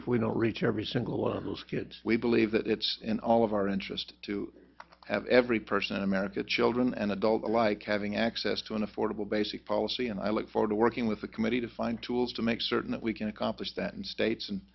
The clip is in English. if we don't reach every single one of those kids we believe that it's in all of our interest to have every person in america children and adults alike having access to an affordable basic policy and i look forward to working with the committee to find tools to make certain that we can accomplish that and states and